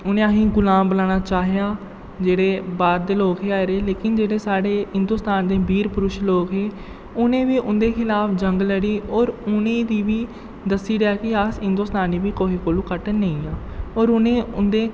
उ'नें असें गी गुलाम बनाना चाहेआ जेह्ड़े बाह्र दे लोक हे आए दे लेकन जेह्ड़े साढ़े हिन्दुस्तान दे बीर पुरश लोक हे उ'नें बी उं'दे खिलाफ जंग लड़ी और उ'नें दी बी दस्सी ओड़ेआ कि अस हिन्दुस्तानी बी कुसै कोलू घट्ट नेईं आं ऐ और उ'नें गी उं'दे